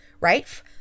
right